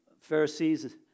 Pharisees